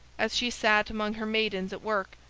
as she sat among her maidens at work,